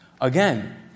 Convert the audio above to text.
Again